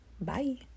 Bye